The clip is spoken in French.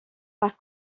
par